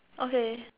okay